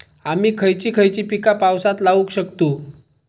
आम्ही खयची खयची पीका पावसात लावक शकतु?